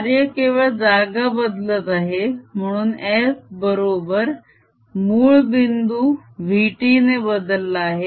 कार्य केवळ जागा बदलत आहे म्हणून f बरोबर मूळ बिंदू vt ने बदलला आहे